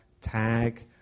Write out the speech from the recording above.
tag